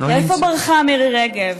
לאיפה ברחה מירי רגב?